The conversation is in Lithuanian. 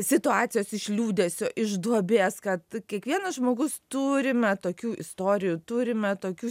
situacijos iš liūdesio iš duobės kad kiekvienas žmogus turime tokių istorijų turime tokių